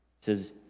says